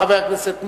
חבר הכנסת מולה,